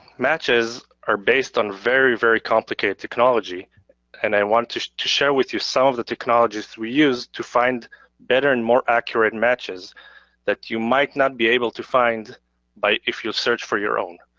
matches are based on very, very complicated technology and i want to to share with you some of the technologies we use to find better and more accurate matches that you might not be able to find by if you search for your own.